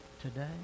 today